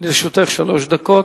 לרשותך שלוש דקות.